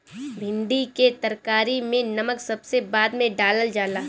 भिन्डी के तरकारी में नमक सबसे बाद में डालल जाला